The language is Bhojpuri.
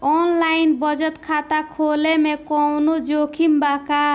आनलाइन बचत खाता खोले में कवनो जोखिम बा का?